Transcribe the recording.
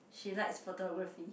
she likes photography